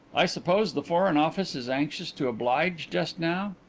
i suppose the foreign office is anxious to oblige just now?